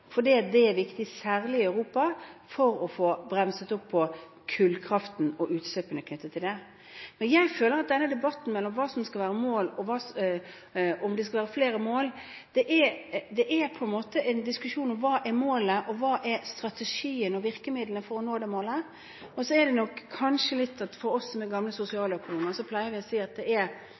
det er viktig – særlig i Europa – for å få bremset opp på kullkraften og utslippene knyttet til det. Men jeg føler at denne debatten om hva som skal være mål, og om det skal være flere mål, er en diskusjon om hva som er målet, og hva som er strategien og virkemidlene for å nå det målet. Vi gamle sosialøkonomer pleier å si at det viktigste vi kan gjøre, er å sørge for å ha ett mål og ett virkemiddel for å nå det